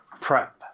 prep